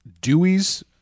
Dewey's